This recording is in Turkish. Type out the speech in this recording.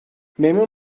memur